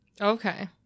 Okay